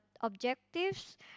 objectives